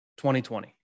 2020